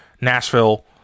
Nashville